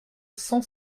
cent